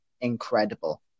incredible